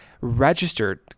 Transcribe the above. registered